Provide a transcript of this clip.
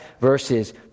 verses